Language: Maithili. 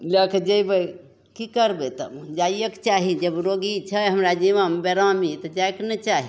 लैके जएबै कि करबै तब जाइएके चाही जब रोगी छै हमरा जिम्मामे बेरामी तऽ जाइके ने चाही